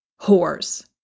whores